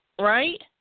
right